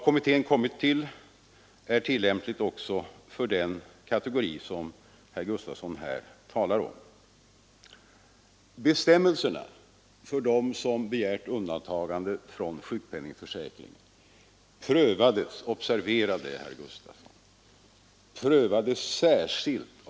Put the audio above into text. Kommitténs slutsats är tillämplig också för den kategori som herr Gustavsson talar om. Bestämmelserna för dem som begärt undantagande från sjukpenningförsäkringen prövades särskilt — observera det, herr Gustavsson!